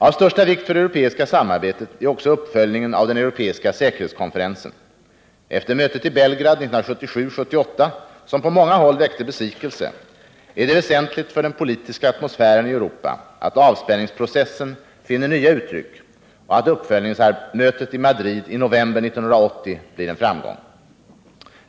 Av största vikt för det europeiska samarbetet är uppföljningen av den europeiska säkerhetskonferensen. Efter mötet i Belgrad 1977-1978, som på många håll väckte besvikelse, är det väsentligt för den politiska atmosfären i Europa att avspänningsprocessen finner nya uttryck och att uppföljningsmötet i Madrid i november 1980 blir en framgång.